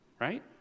right